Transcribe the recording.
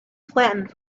flattened